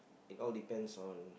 it all depends on